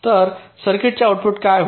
तर सर्किटचे आउटपुट काय होईल